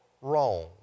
wrong